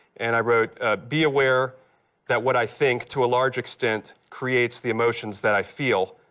and i wrote be aware that what i think to a large extent creates the emotions that i feel.